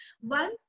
One